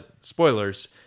spoilers